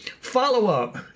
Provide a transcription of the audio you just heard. Follow-up